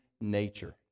nature